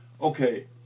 okay